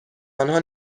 آنها